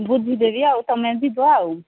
ବୁଝିଦେବି ଆଉ ତୁମେ ଯିବ ଆଉ